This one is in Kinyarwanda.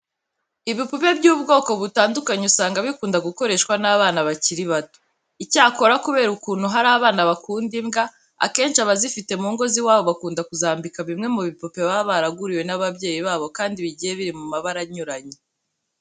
Ibipupe by'ubwoko butandukanye usanga bikunda gukoreshwa n'abana bakiri bato. Icyakora kubera ukuntu hari abana bakunda imbwa, akenshi abazifite mu ngo z'iwabo bakunda kuzambika bimwe mu bipupe baba baraguriwe n'ababyeyi babo kandi bigiye biri mu mabara anyuranye.